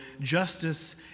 justice